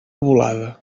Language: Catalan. volada